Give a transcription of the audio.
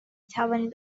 توانید